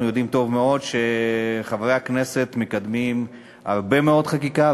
אנחנו יודעים טוב מאוד שחברי הכנסת מקדמים הרבה מאוד חקיקה,